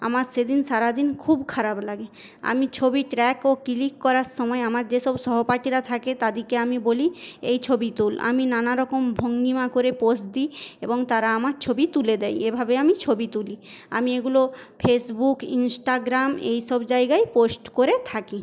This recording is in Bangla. আমার সেদিন সারাদিন খুব খারাপ লাগে আমি ছবি ক্র্যাক ও ক্লিক করার সময় আমার যেসব সহপাঠীরা থাকে তাদেরকে আমি বলি এই ছবি তোল আমি নানারকম ভঙ্গিমা করে পোস দি এবং তারা আমার ছবি তুলে দেয় এভাবে আমি ছবি তুলি আমি এইগুলো ফেসবুক ইনস্টাগ্রাম এইসব জায়গায় পোস্ট করে থাকি